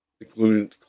including